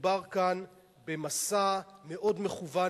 שמדובר כאן במסע מאוד מכוון,